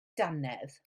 dannedd